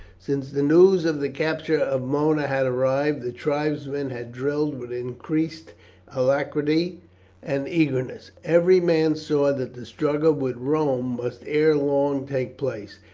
since the news of the capture of mona had arrived, the tribesmen had drilled with increased alacrity and eagerness. every man saw that the struggle with rome must ere long take place,